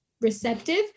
receptive